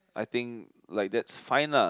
I think like that's fine lah